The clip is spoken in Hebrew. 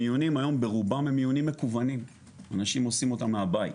המיונים היום ברובם המיונים מקוונים אנשים עושים אותם מהבית.